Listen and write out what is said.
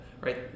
right